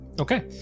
okay